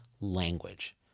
language